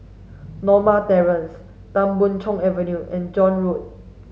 Norma Terrace Tan Boon Chong Avenue and John Road